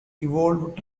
evolved